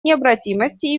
необратимости